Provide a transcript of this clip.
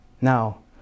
Now